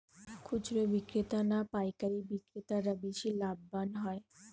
খুচরো বিক্রেতা না পাইকারী বিক্রেতারা বেশি লাভবান হয়?